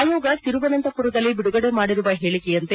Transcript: ಆಯೋಗ ತಿರುವನಂತಮರದಲ್ಲಿ ಬಿಡುಗಡೆ ಮಾಡಿರುವ ಹೇಳಿಕೆಯಂತೆ